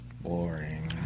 Boring